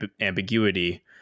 ambiguity